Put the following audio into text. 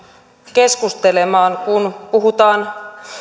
keskustelemaan kun puhutaan